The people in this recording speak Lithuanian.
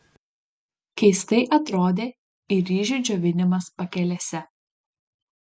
keistai atrodė ir ryžių džiovinimas pakelėse